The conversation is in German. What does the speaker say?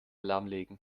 lahmlegen